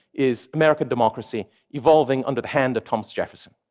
is american democracy evolving under the hand of thomas jefferson.